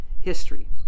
history